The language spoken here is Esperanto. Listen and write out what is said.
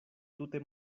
tute